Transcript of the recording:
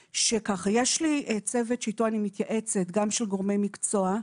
יש לי צוות שאיתו אני מתייעצת, גם של גורמי מקצוע,